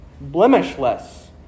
blemishless